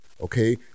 okay